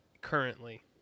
currently